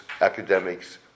academics